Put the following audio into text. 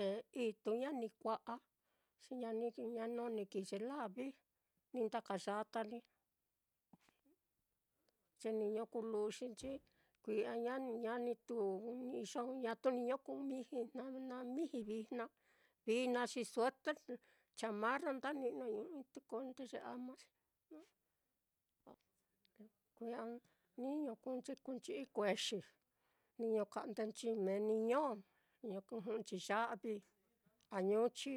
ye itu ña ni kua'a, xi ña ni no ni kii ye lavi, ni ndakayata ni, ye niño kuu luxinchi, kui'a ña ña-ñatu ni iyo ñatu niño kuu miji, na-na miji vijna, vijna xi sueter, chamarra, nda ni'noi ɨ́ɨ́n ɨ́ɨ́n-i, te ko nde ye ama xi, kuña'a niño kuunchi kuunchi ikuexi, xi niño ka'ndenchi meni ño, niño jɨ'ɨnchi ya'vi añuchi.